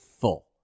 full